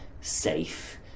safe